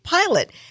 pilot